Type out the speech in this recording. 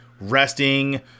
resting